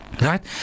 Right